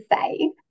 say